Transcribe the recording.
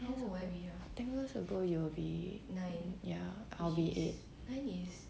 ten years ago you'll be ya I'll be eight